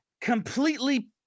completely